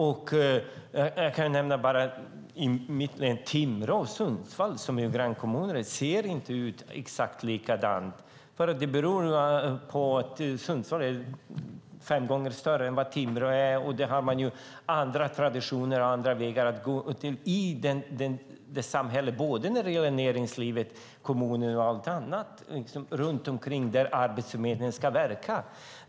Bara i mitt hemlän ser till exempel Timrå och Sundsvall, som är grannkommuner, inte likadana ut. Det beror på att Sundsvall är fem gånger större än vad Timrå är. Man har andra traditioner i det samhället när det gäller näringsliv, kommun och allt annat runt omkring där Arbetsförmedlingen ska verka.